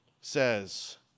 says